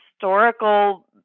historical